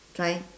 tri~